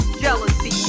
jealousy